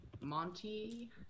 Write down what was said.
Monty